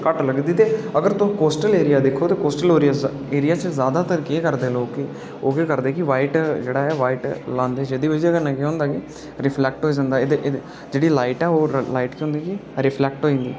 घट्ट लगदी ते अगर तुस कोस्टल एरिया दिक्खो ते कोस्टल एरिया च जादातर केह् करदे लोक कि ओह् केह् करदे कि व्हाईट जेह्ड़ा ऐ व्हाईट लांदे जेह्दी बजह् कन्नै केह् होंदा कि रिफ्लेक्ट होई जंदी जेह्ड़ी लाईफ ऐ ओह् केह् होई जंदी रिफ्लेक्ट होई जंदी